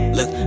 Look